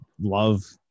love